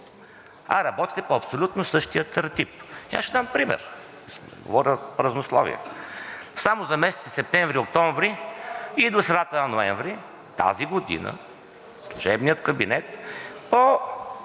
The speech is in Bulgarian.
а работите по абсолютно същия тертип! Аз ще дам пример – не говоря празнословия, само за месеците септември и октомври и до средата на ноември тази година от служебния кабинет по